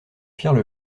firent